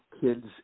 kids